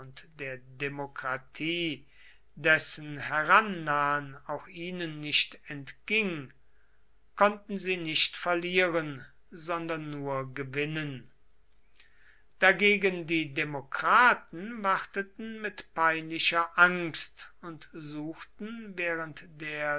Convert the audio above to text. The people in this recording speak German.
der demokratie dessen herannahen auch ihnen nicht entging konnten sie nicht verlieren sondern nur gewinnen dagegen die demokraten warteten mit peinlicher angst und suchten während der